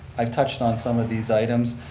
i've touched on some of these items.